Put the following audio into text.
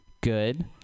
good